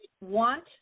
want